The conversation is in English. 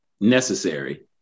necessary